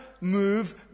move